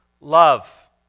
love